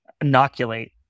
inoculate